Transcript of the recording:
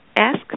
Ask